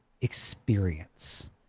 experience